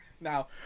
Now